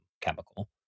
chemical